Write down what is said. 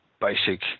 basic